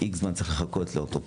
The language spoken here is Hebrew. X זמן צריך לחכות לאורתופד,